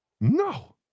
No